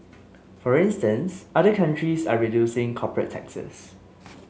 for instance other countries are reducing corporate taxes